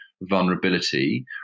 vulnerability